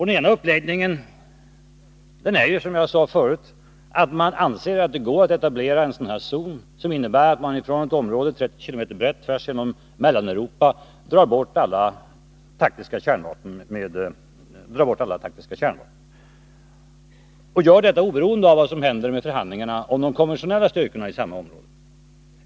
Den ena uppläggningen är, som jag sade förut, att det anses vara möjligt att etablera en sådan här zon som innebär att man från ett område, 30 mil brett tvärs genom Mellaneuropa, drar bort alla taktiska kärnvapen, och att man gör detta oberoende av vad som händer med förhandlingarna om de konventionella styrkorna i samma område.